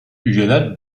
üyeler